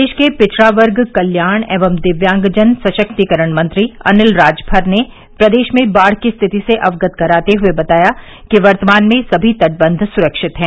प्रदेश के पिछड़ा वर्ग कल्याण एवं दिव्यांगजन सशक्तीकरण मंत्री अनिल राजभर ने प्रदेश में बाढ़ की स्थिति से अवगत कराते हुए बताया कि वर्तमान में सभी तटबंध सुरक्षित हैं